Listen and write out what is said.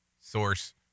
source